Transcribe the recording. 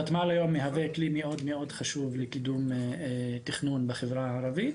הותמ"ל היום מהווה כלי מאוד מאוד חשוב לקידום תכנון בחברה הערבית,